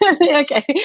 Okay